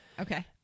okay